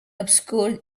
obscured